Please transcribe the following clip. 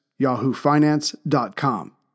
yahoofinance.com